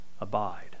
abide